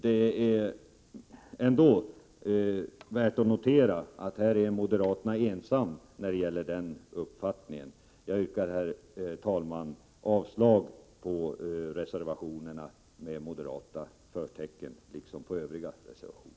Det är ändå värt att notera att moderaterna här är ensamma om sin uppfattning. Jag yrkar, herr talman, avslag på reservationerna med moderat förtecken, liksom på övriga reservationer.